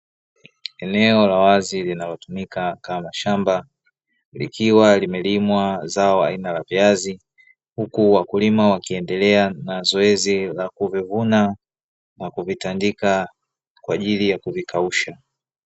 Eneo la wazi linalotumika kama shamba, likiwa limelimwa zao aina ya viazi, huku wakulima wakiendelea na zoezi la kuvivuna na kuvitandika kwa ajili ya kuvikausha.